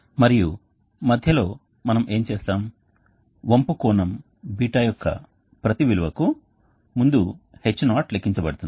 మరియు మధ్యలో మనం ఏమి చేస్తామువంపు కోణం ß యొక్క ప్రతి విలువకు ముందు H0 లెక్కించబడుతుంది